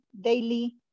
daily